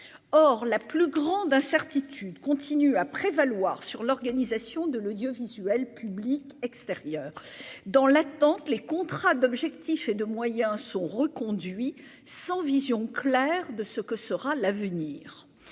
or la plus grande incertitude continue à prévaloir sur l'organisation de l'audiovisuel public extérieur dans l'attente, les contrats d'objectifs et de moyens sont reconduits sans vision claire de ce que sera l'avenir,